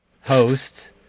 host